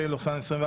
(פ/2115/24),